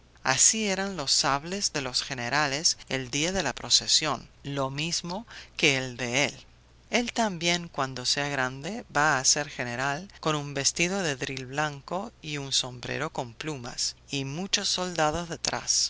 así eran los sables de los generales el día de la procesión lo mismo que el de él el también cuando sea grande va a ser general con un vestido de dril blanco y un sombrero con plumas y muchos soldados detrás